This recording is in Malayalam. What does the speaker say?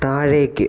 താഴേക്ക്